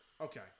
Okay